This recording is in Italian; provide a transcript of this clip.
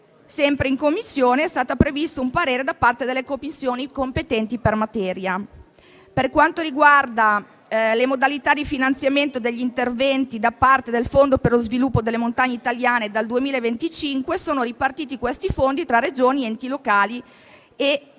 Ancora in Commissione, è stato previsto un parere da parte delle Commissioni competenti per materia. Per quanto riguarda le modalità di finanziamento degli interventi da parte del Fondo per lo sviluppo delle montagne italiane, dal 2025 sono ripartiti questi fondi tra Regioni, enti locali e poi